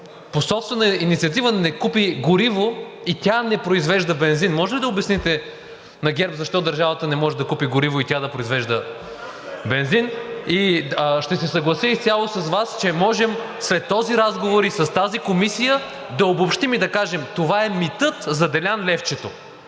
по собствена инициатива не купи гориво и тя не произвежда бензин. Може ли да обясните на ГЕРБ защо държавата не може да купи гориво и тя да произвежда бензин? Ще се съглася изцяло с Вас, че можем след този разговор и с тази комисия да обобщим и да кажем: това е митът за „Делян левчето“!